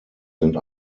sind